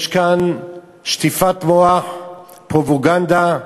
יש כאן שטיפת מוח, פרופגנדה,